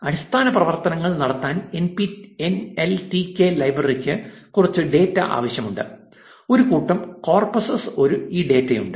അടിസ്ഥാന പ്രവർത്തനങ്ങൾ നടത്താൻ എൻഎൽടികെ ലൈബ്രറിക്ക് കുറച്ച് ഡാറ്റ ആവശ്യമുണ്ട് ഒരു കൂട്ടം കോർപസുകളിൽ ഈ ഡാറ്റയുണ്ട്